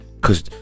Cause